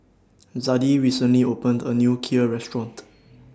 Zadie recently opened A New Kheer Restaurant